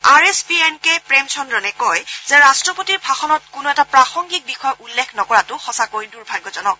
R S পিৰ N K প্ৰেমচন্দ্ৰনে কয় যে ৰাট্টপতিৰ ভাষণত কোনো এটা প্ৰাসংগিক বিষয় উল্লেখ নকৰাটো সঁচাকৈ দুৰ্ভাগ্যজনক